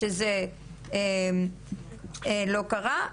שזה לא קרה.